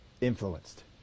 influenced